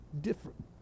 different